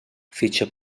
fitxa